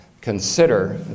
consider